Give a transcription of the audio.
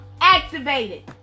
activated